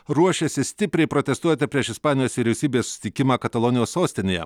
ruošiasi stipriai protestuoti prieš ispanijos vyriausybės susitikimą katalonijos sostinėje